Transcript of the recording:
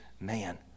man